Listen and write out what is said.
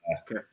Okay